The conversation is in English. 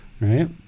right